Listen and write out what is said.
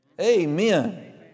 Amen